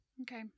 okay